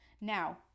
Now